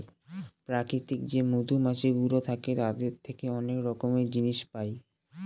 প্রাকৃতিক যে মধুমাছিগুলো থাকে তাদের থেকে অনেক রকমের জিনিস পায়